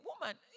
woman